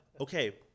Okay